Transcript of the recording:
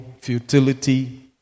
futility